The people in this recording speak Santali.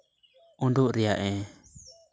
ᱩᱰᱩᱜ ᱨᱮᱭᱟᱜ ᱮ